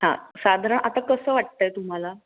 हां साधारण आता कसं वाटत आहे तुम्हाला